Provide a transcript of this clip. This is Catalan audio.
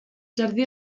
jardí